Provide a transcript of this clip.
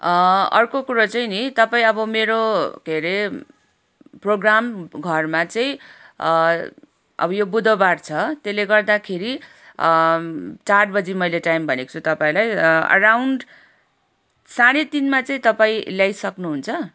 अर्को कुरा चाहिँ नि तपाईँ अब मेरो के अरे प्रोग्राम घरमा चाहिँ अब यो बुधबार छ त्यसले गर्दाखेरि चार बजी मैले टाइम भनेको छु तपाईँलाई एराउन्ड साढे तिनमा चाहिँ तपाईँ ल्याई सक्नुहुन्छ